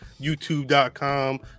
YouTube.com